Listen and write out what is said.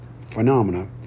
phenomena